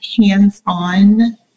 hands-on